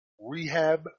rehab